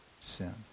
sin